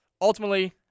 Ultimately